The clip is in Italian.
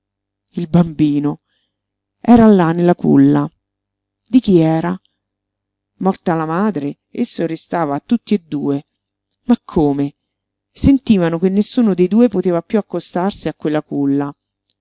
il bambino era là nella culla di chi era morta la madre esso restava a tutti e due ma come sentivano che nessuno dei due poteva piú accostarsi a quella culla